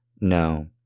No